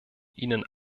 ihnen